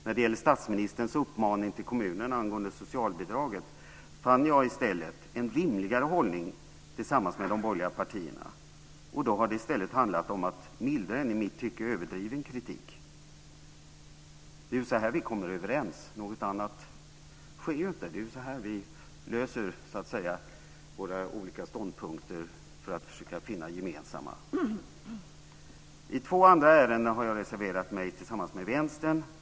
När det gäller statsministerns uppmaning till kommunerna angående socialbidraget fann jag i stället en rimligare hållning tillsammans med de borgerliga partierna, och då har det i stället handlat om att mildra en i mitt tycke överdriven kritik. Det är ju så här vi kommer överens. Något annat sker inte. Det är så här vi löser problemet med olika ståndpunkter för att försöka finna gemensamma. I två andra ärenden har jag reserverat mig tillsammans med Vänstern.